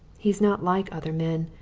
he's not like other men,